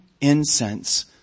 incense